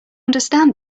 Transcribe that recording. understand